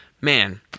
Man